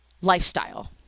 lifestyle